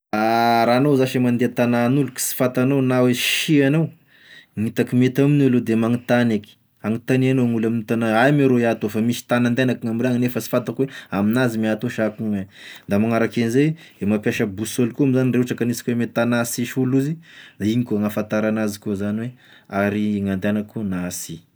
Raha anao zash mande tàgnagn'olo ka sy fantanao na hoe sia anao, gn'hitako mety amin'io aloha de magnotagny eky, agnotanianao gn'olo ame tagna aia moa rô iaho tô fa misy tagny andehanako gn'ame raha nefa sy fantako hoe amign'azy moa iaho to sa akognono e, da magnariky an'izay e mampiasa boussole koa moa zany re ohatra ka hanisika hoe mety tagna sisy olo izy, da igny koa gn'afantarana azy koa zany hoe ary no andehanako na asy.